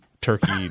turkey